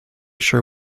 sure